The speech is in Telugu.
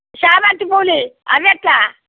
చామంతి పూలు ఇవ్వు అవి ఎట్లా